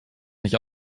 nicht